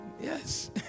Yes